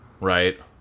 Right